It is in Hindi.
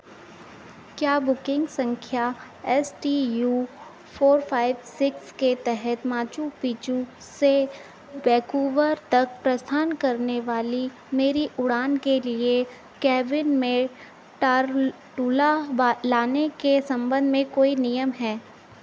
क्या बुकिंग संख्या S T U four five six के तहत माचू पिचू से वैकूवर तक प्रस्थान करने वाली मेरी उड़ान के लिए केबिन में टारटुला लाने के संबंध में कोई नियम हैं